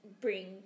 bring